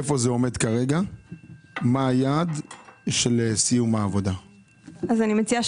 היכן זה עומד כרגע ומה היעד של סיום העבודה אני מציעה